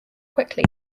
quickly